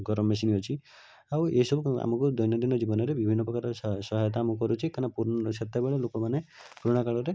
ଗରମ ମେସିନ୍ ଅଛି ଆଉ ଏସବୁକୁ ଆମକୁ ଦୈନନ୍ଦିନ ଜୀବନରେ ବିଭିନ୍ନ ପ୍ରକାର ସହାୟତା ଆମକୁ କରୁଛି କାରଣ ସେତେବେଳେ ଲୋକମାନେ ପୁରୁଣା କାଳରେ